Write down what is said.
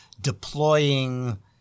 deploying